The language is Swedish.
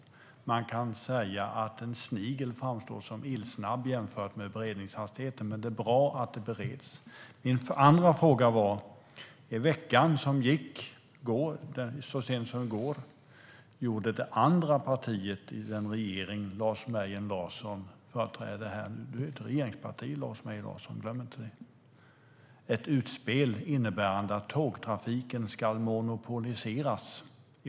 Man kan säga att en snigel framstår som ilsnabb jämfört med beredningshastigheten, men det är bra att det bereds. Jag kommer nu till min andra fråga. I veckan som gick, så sent som i går, gjorde det andra partiet i den regering Lars Mejern Larsson företräder ett utspel. Du ingår i ett regeringsparti, Lars Mejern Larsson, glöm inte det! Utspelet innebär att tågtrafiken i vårt land ska monopoliseras.